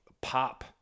pop